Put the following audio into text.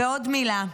ועוד מילה.